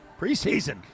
Preseason